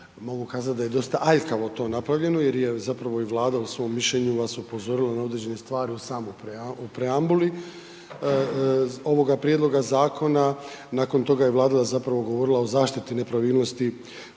mogu kazat da je dosta aljkavo to napravljeno jer je i Vlada u svom mišljenju vas upozorila na određene stvari u samoj preambuli ovoga prijedloga zakona. Nakon toga je Vlada govorila o zaštiti nepravilnosti